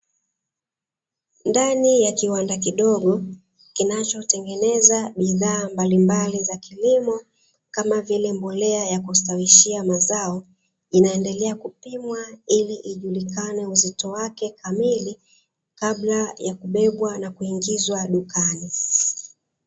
Ndani ya kiwanda kidogo kinachotengeneza bidhaa mbalimbali za kilimo kama vile mbolea ya kustawishia mazao, inaendelea kupimwa ili ijulikane uzito wake kamili kabla ya kubebwa na kuingizwa dukani.